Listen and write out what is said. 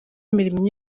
imirimo